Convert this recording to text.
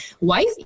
wife